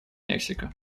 мексика